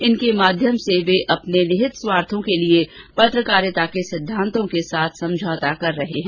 इनके माध्यम से वे अपने निहित स्वार्थों के लिए पत्रकारिता के सिद्वांतों के साथ समझौता कर रहे हैं